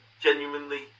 Genuinely